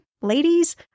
ladies